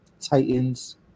Titans